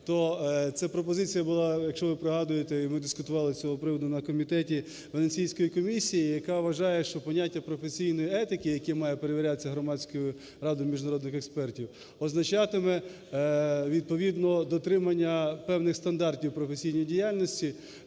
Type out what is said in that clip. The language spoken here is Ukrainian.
це пропозиція була, якщо ви пригадуєте, і ми дискутували з цього приводу на комітеті, Венеційської комісії, яка вважає, що поняття професійної етики, яке має перевірятися Громадською радою міжнародних експертів, означатиме відповідно дотримання певних стандартів професійної діяльності